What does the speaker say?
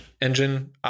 engine